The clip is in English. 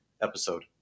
episode